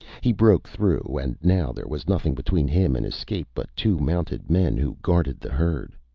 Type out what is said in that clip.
he broke through, and now there was nothing between him and escape but two mounted men who guarded the herd.